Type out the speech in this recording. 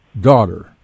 daughter